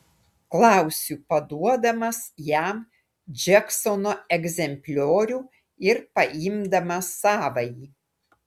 klausiu paduodamas jam džeksono egzempliorių ir paimdamas savąjį